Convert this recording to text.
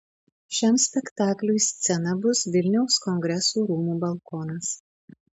šiam spektakliui scena bus vilniaus kongresų rūmų balkonas